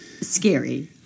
scary